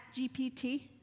GPT